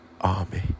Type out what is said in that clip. army